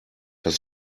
das